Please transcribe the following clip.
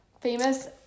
Famous